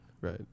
Right